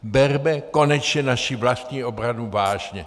Berme konečně naši vlastní obranu vážně!